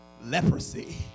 leprosy